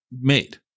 made